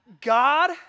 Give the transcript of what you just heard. God